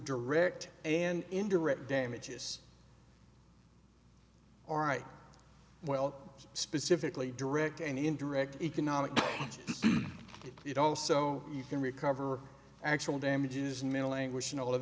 direct and indirect damages all right well specifically direct and indirect economic it also you can recover actual damages and mental anguish and all of